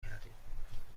کردیم